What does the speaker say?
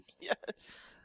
yes